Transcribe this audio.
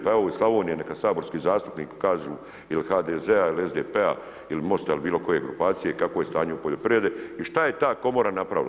Pa evo, iz Slavonije, neka saborski zastupnici kažu ili HDZ-a ili SDP-a ili Mosta ili bilo koje grupacije, kakvo je stanje u poljoprivredi i šta je ta Komora napravila.